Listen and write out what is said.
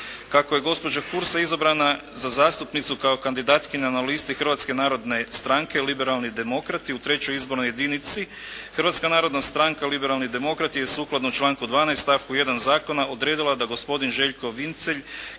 Kako je gospođa Hursa izabrana za zastupnicu kao kandidatkinja na listi Hrvatske narodne stranke liberalni demokrati u trećoj izbornoj jedinici Hrvatska narodna stranka liberalni demokrati je sukladno članku 12. stavku 1. zakona odredila da gospodin Željko Vincelj